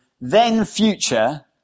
then-future